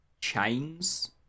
chains